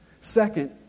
Second